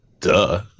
Duh